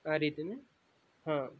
આ રીતે ને હા